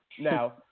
Now